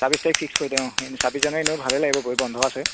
চাবিছ তাৰিখ ফিক্স কৰি দে অঁ এন চাবিছ জানুৱাৰী এনেও ভালেই লাগিব গৈ বন্ধ আছে